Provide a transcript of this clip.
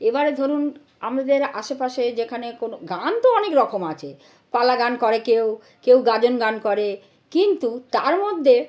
এবারে ধরুন আমাদের আশেপাশে যেখানে কোনো গান তো অনেক রকম আছে পালাগান করে কেউ কেউ গাজন গান করে কিন্তু তার মধ্যে